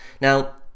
Now